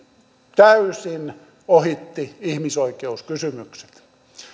täysin ohitti ihmisoikeuskysymykset